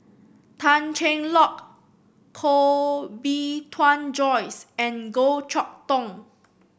Tan Cheng Lock Koh Bee Tuan Joyce and Goh Chok Tong